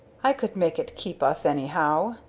i could make it keep us, anyhow,